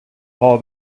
all